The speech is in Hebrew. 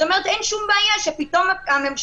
זאת אומרת שאין שום בעיה שפתאום הממשלה,